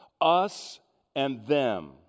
Us-and-them